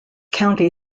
county